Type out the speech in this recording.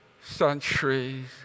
centuries